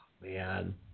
Man